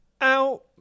Ow